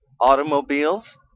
Automobiles